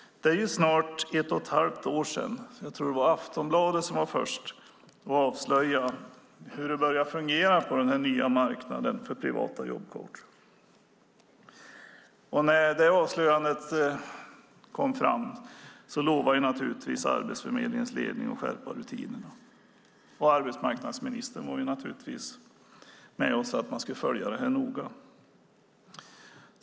Det är snart ett och ett halvt år sedan som Aftonbladet först avslöjade hur det hade börjat fungera på den nya marknaden för privata jobbcoacher. När avslöjandet blev offentligt lovade Arbetsförmedlingens ledning att skärpa rutinerna. Arbetsmarknadsministern var naturligtvis med på det och sade att man skulle följa frågan noga.